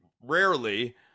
rarely